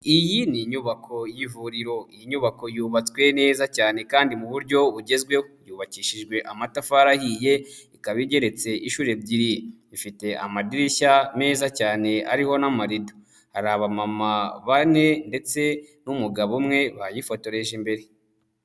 Iyi ni inyubako y'ivuriro, iyi nyubako yubatswe neza cyane kandi mu buryo bugezweho, yubakishijwe amatafarihiye, ikaba igeretse inshuro ebyiri, ifite amadirishya meza cyane ariho n'amarido, hari abamama bane ndetse n'umugabo umwe bayifotoreje imbere.